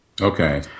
Okay